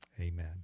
Amen